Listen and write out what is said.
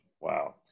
Wow